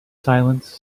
silence